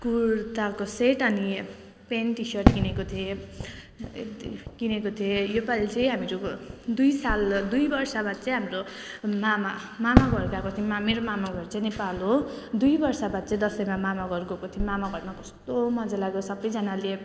कुर्ताको सेट अनि pant T shirt किनेको थिएँ किनेको थिएँ यो पालि चाहिँ हामीहरूको दुई साल दुई वर्षबाट चाहिँ हाम्रो मामा मामाघर गएको थियौँ मेरो मामाघर चाहिँ नेपाल हो दुई वर्ष बाद चाहिँ दसैँमा मामाघर गएको थियौँ मामाघरमा कस्तो मजा लाग्यो सबैजनाले